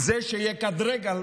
זה שיקטרג על